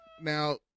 now